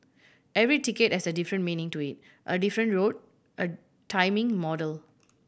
every ticket has a different meaning to it a different route a timing model